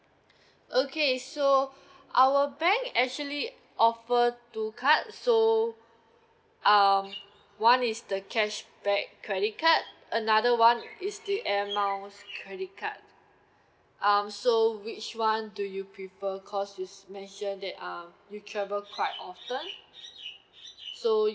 okay so our bank actually offer two card so um one is the cashback credit card another one is the air miles credit card um so which one do you prefer cause you mention that um you travel quite often so you